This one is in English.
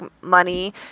money